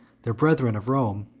their brethren of rome,